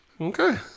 Okay